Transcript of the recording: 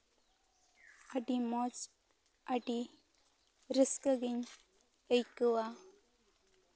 ᱟᱹᱰᱤ ᱢᱚᱡᱽ ᱟᱹᱰᱤ ᱨᱟᱹᱥᱠᱟᱹ ᱜᱤᱧ ᱟᱹᱭᱠᱟᱹᱣᱟ